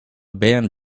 band